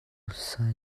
sasai